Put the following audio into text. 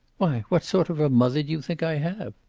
why, what sort of a mother do you think i have?